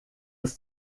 des